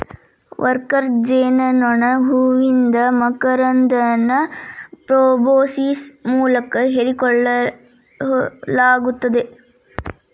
worker ಜೇನನೋಣ ಹೂವಿಂದ ಮಕರಂದನ ಪ್ರೋಬೋಸಿಸ್ ಮೂಲಕ ಹೇರಿಕೋಳ್ಳಲಾಗತ್ತದ